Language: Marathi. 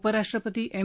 उपराष्ट्रपती एम